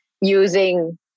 using